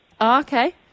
okay